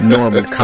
Normal